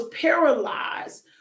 paralyzed